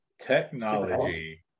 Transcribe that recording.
technology